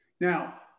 Now